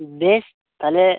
ᱫᱮ ᱛᱟᱦᱚᱞᱮ